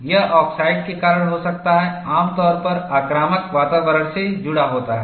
यह ऑक्साइड के कारण हो सकता है आमतौर पर आक्रामक वातावरण से जुड़ा होता है